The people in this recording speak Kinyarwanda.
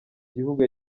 gihugu